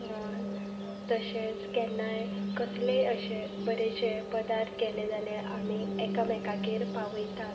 तशेंच केन्नाय कसलेय अशे बरेशे पदार्थ केले जाल्यार आमी एकामेकांगेर पावयतात